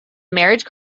marriage